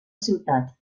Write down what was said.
ciutat